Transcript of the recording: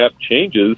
changes